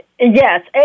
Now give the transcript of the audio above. Yes